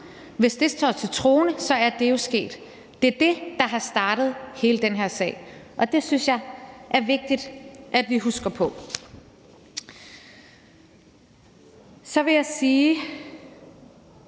frem – står til troende, er det jo sket. Det er det, der har startet hele den her sag. Det synes jeg er vigtigt vi husker på. Så vil jeg sige,